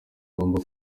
ugomba